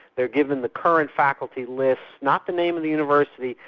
they're given the current faculty list, not the name of the university,